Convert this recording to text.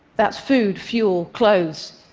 that's food, fuel, clothes,